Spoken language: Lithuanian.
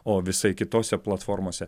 o visai kitose platformose